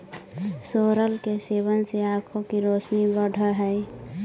सोरल के सेवन से आंखों की रोशनी बढ़अ हई